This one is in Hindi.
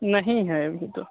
नहीं है अभी तो